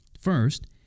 First